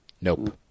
Nope